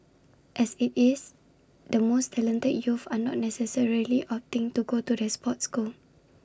as IT is the most talented youth are not necessarily opting to go to the sports school